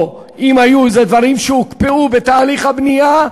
או אם היום זה דברים שהוקפאו בתהליך הבנייה,